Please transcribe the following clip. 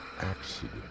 accident